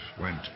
went